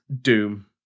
Doom